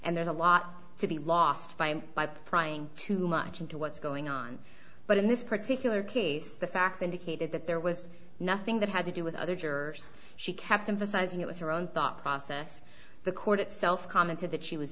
and there's a lot to be lost by by prying too much into what's going on but in this particular case the facts indicated that there was nothing that had to do with other jurors she kept emphasizing it was her own thought process the court itself commented that she was